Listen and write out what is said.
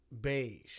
beige